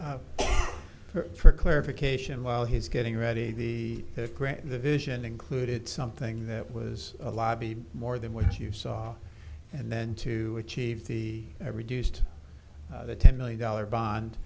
that for clarification while he's getting ready the the vision included something that was a lobby more than what you saw and then to achieve every deuced the ten million dollars bond